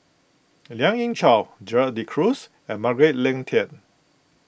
Lien Ying Chow Gerald De Cruz and Margaret Leng Tan